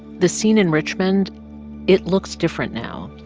the scene in richmond it looks different now.